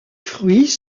fruits